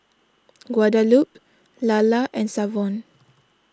Guadalupe Lalla and Savon